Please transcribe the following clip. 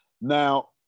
Now